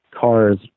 cars